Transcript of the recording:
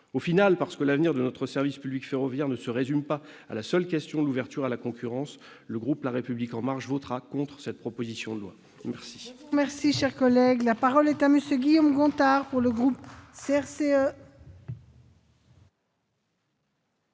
Au final, parce que l'avenir de notre service public ferroviaire ne se résume pas à la seule question de l'ouverture à la concurrence, le groupe La République En Marche votera contre cette proposition de loi. La parole est à M. Guillaume Gontard, pour le groupe